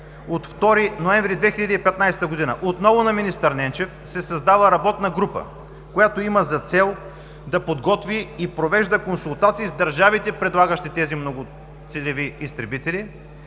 от 2 ноември 2015 г. отново на министър Ненчев се създава работна група, която има за цел да подготви и провежда консултации с държавите, предлагащи тези многоцелеви изтребители.